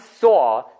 saw